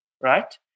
right